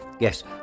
Yes